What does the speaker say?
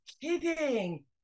kidding